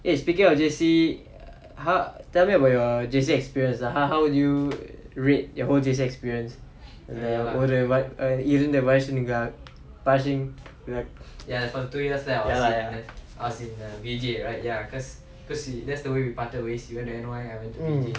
eh speaking of J_C how tell me about your J_C experience lah how how would you rate your whole J_C experience ஒரு இருந்த வருசனுங்க:oru iruntha varusanunga passing ya lah mm